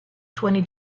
twenty